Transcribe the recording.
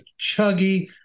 chuggy